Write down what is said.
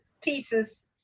pieces